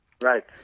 Right